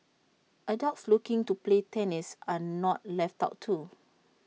adults looking to play tennis are not left out too